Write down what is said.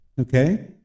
Okay